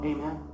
Amen